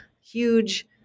huge